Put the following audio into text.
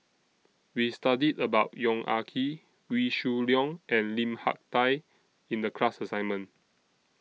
We studied about Yong Ah Kee Wee Shoo Leong and Lim Hak Tai in The class assignment